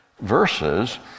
verses